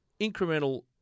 incremental